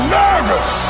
nervous